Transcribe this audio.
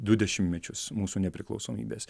du dešimtmečius mūsų nepriklausomybės